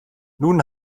nun